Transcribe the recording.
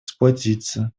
сплотиться